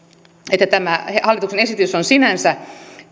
tämä hallituksen esitys on sinänsä